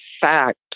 fact